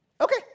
Okay